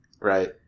Right